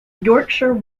yorkshire